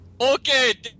Okay